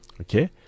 Okay